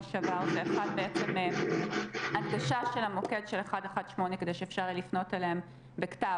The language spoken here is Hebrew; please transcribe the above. שעבר אחד הוא הדגשה של מוקד 118 כדי שאפשר יהיה לפנות אליהם בכתב,